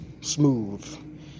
smooth